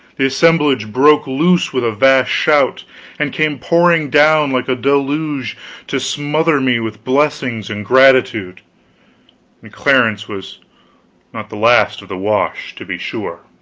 the assemblage broke loose with a vast shout and came pouring down like a deluge to smother me with blessings and gratitude and clarence was not the last of the wash, to be sure.